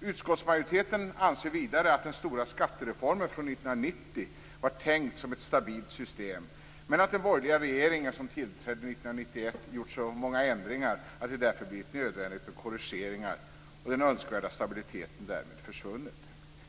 Utskottsmajoriteten anser vidare att den stora skattereformen från 1990 var tänkt som ett stabilt system, men att den borgerliga regeringen, som tillträdde 1991, gjort så många ändringar att det därför blivit nödvändigt med korrigeringar och att den önskvärda stabiliteten därmed försvunnit.